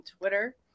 Twitter